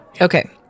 Okay